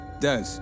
Des